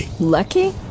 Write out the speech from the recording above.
Lucky